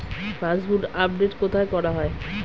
Passbook update কোথায় করা হয়?